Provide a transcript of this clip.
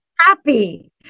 happy